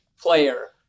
player